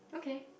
okay